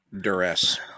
duress